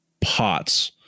pots